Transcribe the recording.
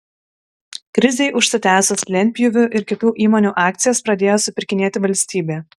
krizei užsitęsus lentpjūvių ir kitų įmonių akcijas pradėjo supirkinėti valstybė